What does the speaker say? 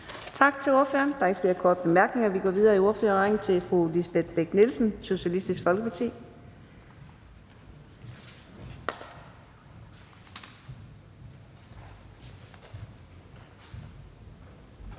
Tak til ordføreren. Der er ikke nogen korte bemærkninger, så vi går videre i ordførerrækken til fru Mette Thiesen, Dansk Folkeparti. Kl.